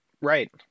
Right